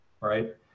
right